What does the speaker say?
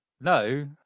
no